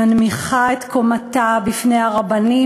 מנמיכה את קומתה בפני הרבנים,